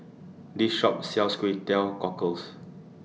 This Shop sells Kway Teow Cockles